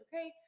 okay